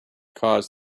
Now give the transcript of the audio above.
caused